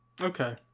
Okay